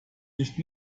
nicht